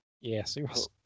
Yes